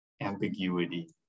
ambiguity